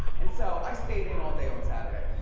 and so i stayed in all day on saturday.